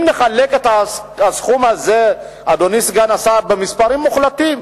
אם נחלק את הסכום הזה במספרים מוחלטים,